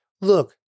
Look